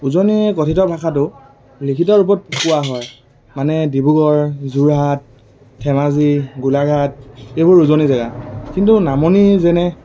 উজনি কথিত ভাষাটো লিখিত ৰূপত কোৱা হয় মানে ডিব্ৰুগড় যোৰহাট ধেমাজি গোলাঘাট এইবোৰ উজনি জেগা কিন্তু নামনি যেনে